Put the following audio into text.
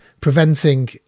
preventing